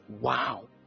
Wow